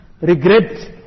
regret